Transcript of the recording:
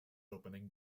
opening